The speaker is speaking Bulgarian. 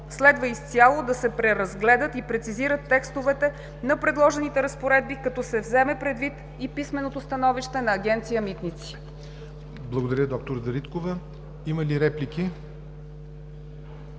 следва изцяло да се преразгледат и прецизират текстовете на предложените разпоредби, като се вземе предвид и писменото становище на Агенция „Митници“. ПРЕДСЕДАТЕЛ ЯВОР НОТЕВ: Благодаря, д-р Дариткова. Има ли реплики?